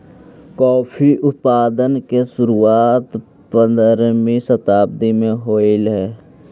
coffee उत्पादन की शुरुआत पंद्रहवी शताब्दी में होलई